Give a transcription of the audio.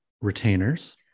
retainers